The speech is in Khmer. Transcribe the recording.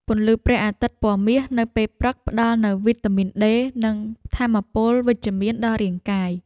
ពន្លឺព្រះអាទិត្យពណ៌មាសនៅពេលព្រឹក ផ្តល់នូវវីតាមីនដេ និងថាមពលវិជ្ជមានដល់រាងកាយ។